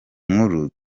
nkuru